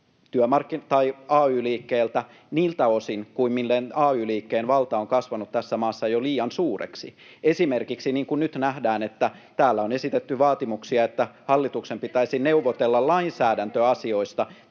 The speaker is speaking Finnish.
ay-liikkeeltä niiltä osin kuin ay-liikkeen valta on kasvanut tässä maassa jo liian suureksi. Esimerkiksi, niin kuin nyt nähdään, täällä on esitetty vaatimuksia, että hallituksen pitäisi neuvotella lainsäädäntöasioista